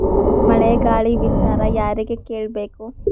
ಮಳೆ ಗಾಳಿ ವಿಚಾರ ಯಾರಿಗೆ ಕೇಳ್ ಬೇಕು?